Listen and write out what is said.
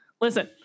listen